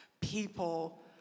people